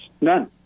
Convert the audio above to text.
none